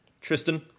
Tristan